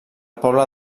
poble